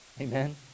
Amen